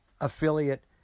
affiliate